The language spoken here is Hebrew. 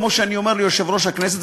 כמו שאני אומר ליושב-ראש הכנסת,